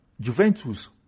Juventus